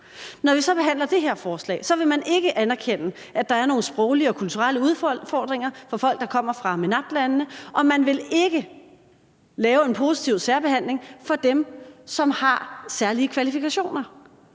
når vi så behandler det her forslag, ikke vil anerkende, at der er nogle sproglige og kulturelle udfordringer for folk, der kommer fra MENAPT-landene, og man ikke vil lave en positiv særbehandling for dem, som har særlige kvalifikationer,